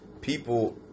people